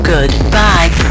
Goodbye